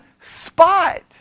spot